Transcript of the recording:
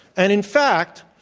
and in fact,